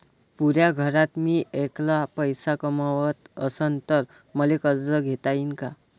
पुऱ्या घरात मी ऐकला पैसे कमवत असन तर मले कर्ज घेता येईन का?